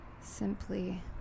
Simply